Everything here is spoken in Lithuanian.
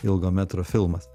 ilgo metro filmas